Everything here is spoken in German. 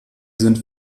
sind